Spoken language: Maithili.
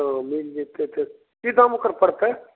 तऽ मिल जेतै तऽ की दाम ओकर परतै